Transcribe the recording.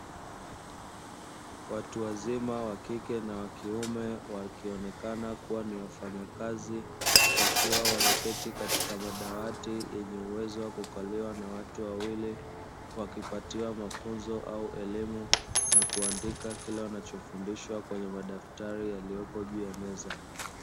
Watu wazima wa kike na wa kiume wakionekana kuwa ni wafanyakazi, wakiwa wameketi katika madawati yenye uwezo wa kukaliwa na watu wawili wakipatiwa mafunzo au elimu na kuandika kila wanachofundishwa kwenye madaftari yaliyopo juu ya meza